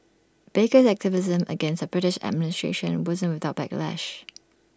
baker's activism against the British administration wasn't without backlash